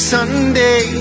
Sunday